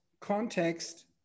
context